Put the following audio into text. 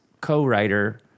co-writer